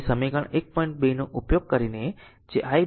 તેથી સમીકરણ 1